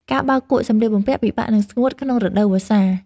ការបោកគក់សម្លៀកបំពាក់ពិបាកនឹងស្ងួតក្នុងរដូវវស្សា។